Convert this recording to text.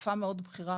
רופאה מאוד בכירה,